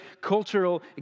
cultural